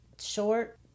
short